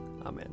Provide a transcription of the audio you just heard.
Amen